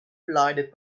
blinded